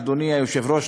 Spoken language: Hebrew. אדוני היושב-ראש,